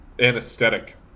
anesthetic